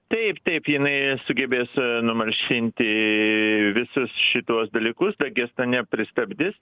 taip taip jinai sugebės numalšinti visus šituos dalykus dagestane pristabdys